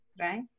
right